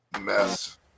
mess